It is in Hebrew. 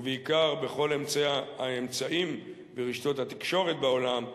ובעיקר בכל האמצעים ברשתות התקשורת בעולם,